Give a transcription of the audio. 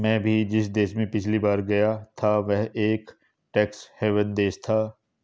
मैं भी जिस देश में पिछली बार गया था वह एक टैक्स हेवन देश था